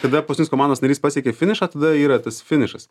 kada paskutinis komandos narys pasiekia finišą tada yra tas finišas